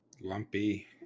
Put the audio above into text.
lumpy